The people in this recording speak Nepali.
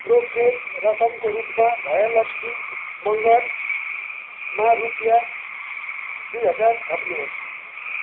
ब्रोकरेज रकमको रूपमा भयलक्षी मँगरमा रुपियाँ दुई हजार थप्नुहोस्